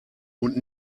und